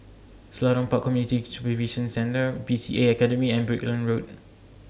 Selarang Park Community Supervision Centre B C A Academy and Brickland Road